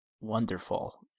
wonderful